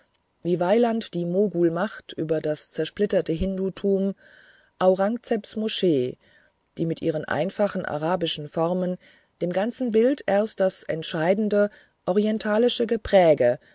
wie weiland die mogulmacht über das zersplitterte hindutum aurangzebs moschee die mit ihren einfachen arabischen formen dem ganzen bild erst das entschieden orientalische gepräge